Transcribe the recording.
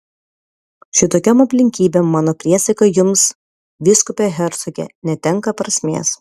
šitokiom aplinkybėm mano priesaika jums vyskupe hercoge netenka prasmės